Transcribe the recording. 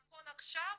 נכון לעכשיו,